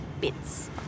bits